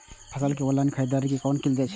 फसल के ऑनलाइन खरीददारी केना कायल जाय छै?